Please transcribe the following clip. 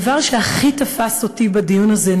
הדבר שהכי תפס אותי בדיון הזה,